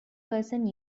person